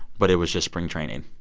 but it was just spring training.